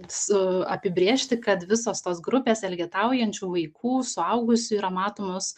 su apibrėžti kad visos tos grupės elgetaujančių vaikų suaugusių yra matomos